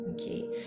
okay